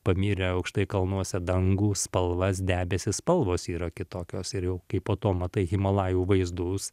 pamyre aukštai kalnuose dangų spalvas debesys spalvos yra kitokios ir jau kai po to matai himalajų vaizdus